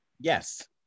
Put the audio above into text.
Yes